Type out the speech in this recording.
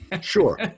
Sure